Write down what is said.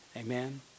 Amen